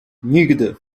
nigdy